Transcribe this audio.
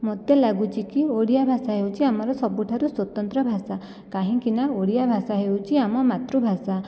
ମୋତେ ଲାଗୁଛିକି ଓଡ଼ିଆ ଭାଷା ହେଉଛି ଆମର ସବୁଠାରୁ ସ୍ୱତନ୍ତ୍ର ଭାଷା କାହିଁକିନା ଓଡ଼ିଆ ଭାଷା ହେଉଛି ଆମ ମାତୃଭାଷା